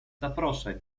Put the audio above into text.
zaproszeń